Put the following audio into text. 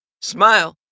Smile